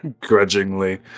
grudgingly